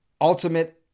ultimate